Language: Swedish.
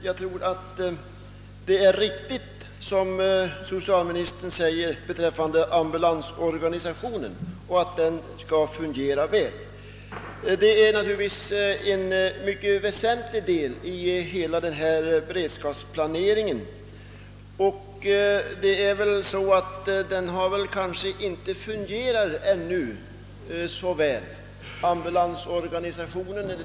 Jag hoppas liksom socialministern att ambulansorganisationen skall komma att fungera väl. Den är naturligtvis en mycket väsentlig del i hela beredskapsplaneringen, men den fungerar kanske inte så väl ännu.